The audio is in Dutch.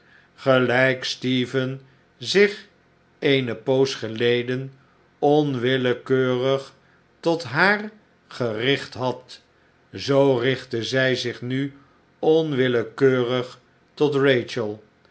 gelijk stephen zich eene poos geleden onwillekeurig tot haar gericht had zoo richtte zij zich nu onwillekeurig tot